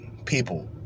people